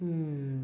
mm